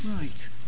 Right